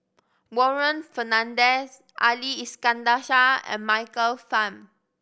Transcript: Warren Fernandez Ali Iskandar Shah and Michael Fam